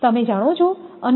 અને l શું છે